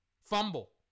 Fumble